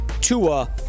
Tua